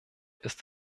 ist